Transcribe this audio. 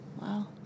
wow